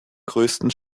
größten